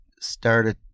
started